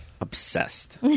Obsessed